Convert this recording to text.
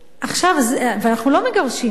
אנחנו לא מגרשים אותם.